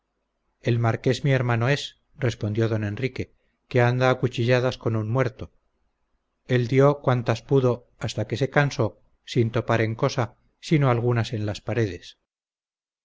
el marqués mi hermano es respondió d enrique que anda a cuchilladas con un muerto él dió cuantas pudo hasta que se cansó sin topar en cosa sino algunas en las paredes